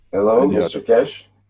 hello yeah mr keshe?